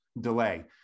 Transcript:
delay